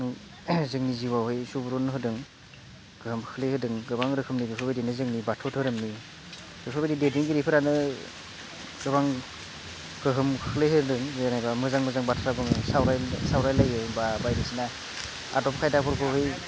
जोंनि जिउआवहाय सुबुरुन होदों गोहोम खोख्लै होदों गोबां रोखोमनि बेफोरबायदिनो जोंनि बाथौ धोरोमनि बेफोरबायदि दैदेनगिरिफोरानो गोबां गोहोम खोख्लै होदों मोजां मोजां बाथ्रा सावरायनो होयो बा बायदिसिना आदब खायदाफोरखौहाय